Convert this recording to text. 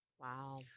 Wow